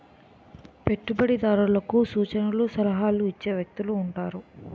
పెట్టుబడిదారులకు సూచనలు సలహాలు ఇచ్చే వ్యక్తులు ఉంటారు